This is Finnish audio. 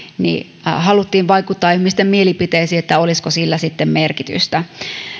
ja haluttiin vaikuttaa ihmisten mielipiteisiin siinä olisiko sillä sitten merkitystä